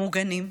מוגנים,